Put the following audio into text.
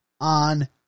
on